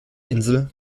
insel